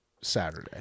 Saturday